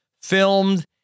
filmed